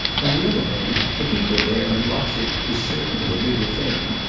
on the other hand, to keep her there and watch her was certainly a bigger thing.